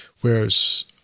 Whereas